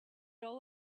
all